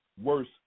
Worse